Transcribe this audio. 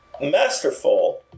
masterful